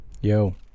Yo